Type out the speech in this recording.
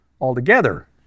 altogether